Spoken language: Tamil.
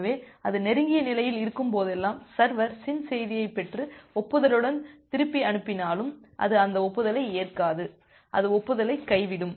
எனவே அது நெருங்கிய நிலையில் இருக்கும்போதெல்லாம் சர்வர் SYN செய்தியைப் பெற்று ஒப்புதலுடன் திருப்பி அனுப்பினாலும் அது அந்த ஒப்புதலை ஏற்காது அது ஒப்புதலை கைவிடும்